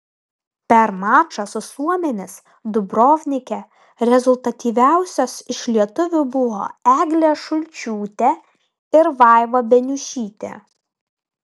per mačą su suomėmis dubrovnike rezultatyviausios iš lietuvių buvo eglė šulčiūtė ir vaiva beniušytė